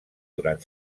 durant